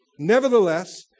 Nevertheless